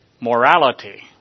morality